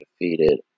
defeated